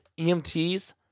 EMTs